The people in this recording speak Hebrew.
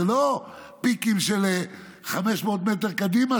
לא פיקים של 500 מטר קדימה,